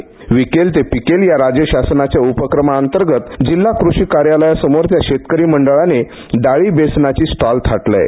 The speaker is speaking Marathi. विकेल ते पिकेल या राज्य शासनाच्या उपक्रमाअंतर्गत जिल्हा कृषी कार्यालयाच्या आवारातच या शेतकरी मंडळानं डाळी बेसनाचं स्टॉल थाटलय